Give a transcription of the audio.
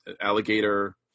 alligator